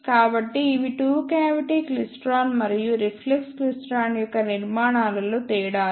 కాబట్టి ఇవి two cavity klystron మరియు రిఫ్లెక్స్ క్లైస్ట్రాన్ యొక్క నిర్మాణాలలో తేడాలు